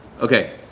Okay